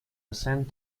ascend